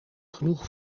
genoeg